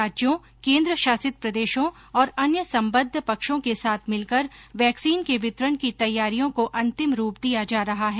राज्यों केंद्रशासित प्रदेशों और अन्य संबद्ध पक्षों के साथ मिलकर वैक्सीन के वितरण की तैयारियों को अंतिम रूप दिया जा रहा है